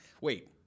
wait